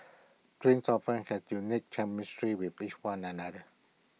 twins often have unique chemistry with each one another